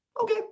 okay